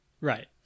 right